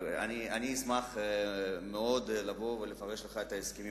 אני אשמח מאוד לבוא ולפרש לך את ההסכמים